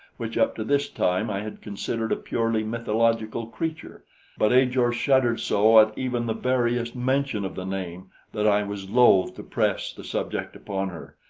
which up to this time i had considered a purely mythological creature but ajor shuddered so at even the veriest mention of the name that i was loath to press the subject upon her,